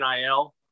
NIL